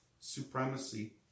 supremacy